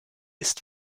ist